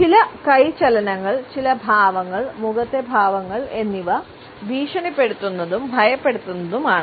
ചില കൈ ചലനങ്ങൾ ചില ഭാവങ്ങൾ മുഖത്തെ ഭാവങ്ങൾ എന്നിവ ഭീഷണിപ്പെടുത്തുന്നതും ഭയപ്പെടുത്തുന്നതുമാണ്